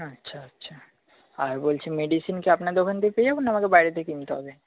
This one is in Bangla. আচ্ছা আচ্ছা আর বলছি মেডিসিন কি আপনাদের ওখান থেকেই পেয়ে যাব না আমাকে বাইরে থেকে কিনতে হবে